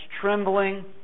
trembling